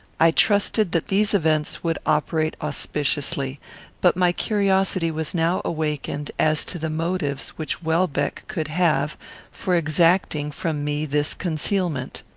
i trusted that these events would operate auspiciously but my curiosity was now awakened as to the motives which welbeck could have for exacting from me this concealment.